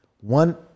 one